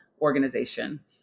organization